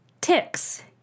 ticks